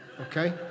okay